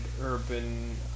urban